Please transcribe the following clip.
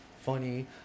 funny